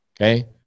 Okay